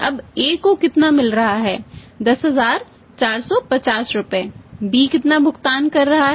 अब A को कितना मिल रहा है 10450 रुपये B कितना भुगतान कर रहा है